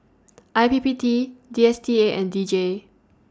I P P T D S T A and D J